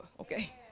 okay